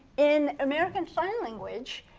in american sign language,